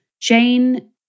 Jane